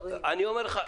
אני אומר לך למה.